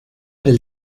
del